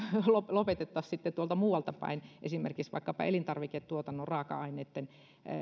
lopetettaisiin sitten tuolta muualta päin esimerkiksi elintarviketuotannon raaka aineitten